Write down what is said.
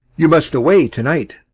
you must away to-night.